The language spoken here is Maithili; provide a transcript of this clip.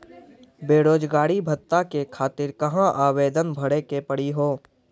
बेरोजगारी भत्ता के खातिर कहां आवेदन भरे के पड़ी हो?